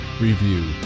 Review